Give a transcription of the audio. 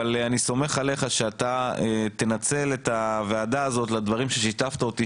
אבל אני סומך עליך שאתך תנצל את הוועדה הזאת לדברים ששיתפת אותי,